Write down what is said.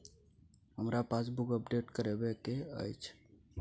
हमरा passbook update करैबे के अएछ?